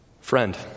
Friend